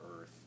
earth